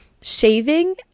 shaving